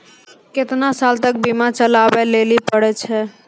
केतना साल तक बीमा चलाबै लेली पड़ै छै?